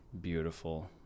beautiful